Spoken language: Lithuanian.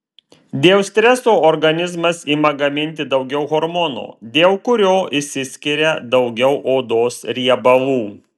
dėl streso organizmas ima gaminti daugiau hormono dėl kurio išsiskiria daugiau odos riebalų